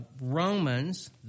Romans